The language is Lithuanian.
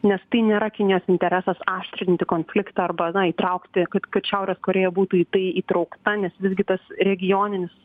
nes tai nėra kinijos interesas aštrinti konfliktą arba na įtraukti kad kad šiaurės korėja būtų į tai įtraukta nes visgi tas regioninis